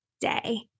day